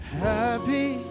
happy